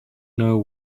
know